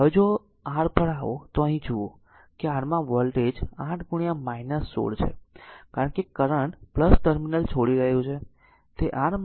હવે જો આ r પર આવો તો અહીં જુઓ કે આ r માં વોલ્ટેજ 8 1 6 છે કારણ કે કરંટ ટર્મિનલ છોડી રહ્યું છે